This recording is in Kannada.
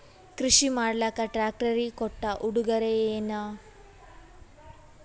ಕೃಷಿ ಮಾಡಲಾಕ ಟ್ರಾಕ್ಟರಿ ಕೊಟ್ಟ ಉಡುಗೊರೆಯೇನ?